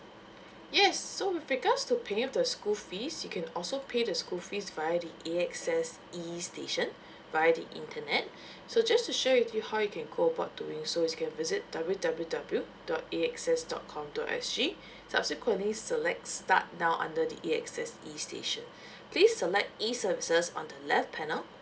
yes so with regards to paying of the school fees you can also pay the school fees via the A_X_S e station via the internet so just to share with you how you can go about doing so is you can visit W W W dot A_X_S dot com dot S G subsequently select start now under the A_X_S e station please select e services on the left panel